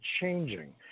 changing